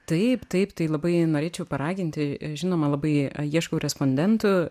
taip taip tai labai norėčiau paraginti žinoma labai ieškau respondentų